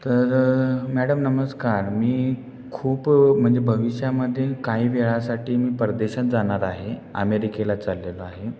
तर मॅडम नमस्कार मी खूप म्हणजे भविष्यामध्ये काही वेळासाठी मी परदेशात जाणार आहे अमेरिकेला चाललेलो आहे